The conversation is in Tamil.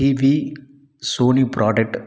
TV Sony product